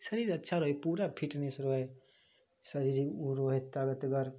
शरीर अच्छा रहै हइ पूरा फिटनेस रहै हइ शरीरो रहै तगतगर